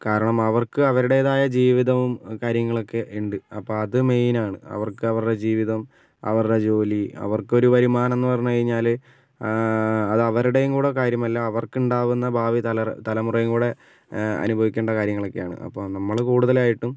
കാരണം അവർക്ക് അവരുടേതായ ജീവിതം കാര്യങ്ങളൊക്കെ ഉണ്ട് അത് മെയിനാണ് അവർക്ക് അവരുടെ ജീവിതം അവരുടെ ജോലി അവർക്കൊരു വരുമാനമെന്ന് പറഞ്ഞു കഴിഞ്ഞാൽ അത് അവരുടെയും കൂടി കാര്യമല്ല അവർക്കുണ്ടാകുന്ന ഭാവി തലർ തലമുറയും കൂടി അനുഭവിക്കേണ്ട കാര്യങ്ങളൊക്കെയാണ് അപ്പോൾ നമ്മൾ കൂടുതലായിട്ടും